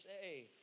say